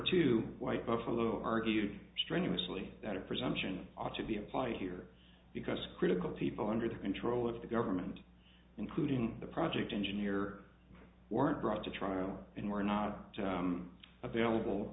two white buffalo argued strenuously that a presumption ought to be applied here because critical people under the control of the government including the project engineer weren't brought to trial and were not available